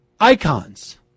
icons